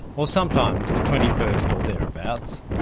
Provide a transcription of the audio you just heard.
or sometimes the twenty first or thereabouts,